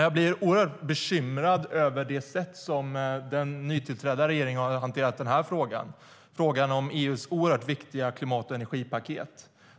Jag blir väldigt bekymrad över den nytillträdda regeringens sätt att hantera den oerhört viktiga frågan om EU:s klimat och energipaket.